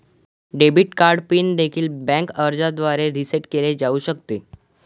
debit card pin देखील bank अर्जाद्वारे reset केले जाऊ शकते